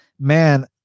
Man